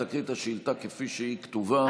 תקריאי את השאילתה כפי שהיא כתובה.